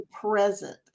present